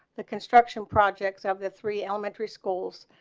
the construction projects of the three elementary schools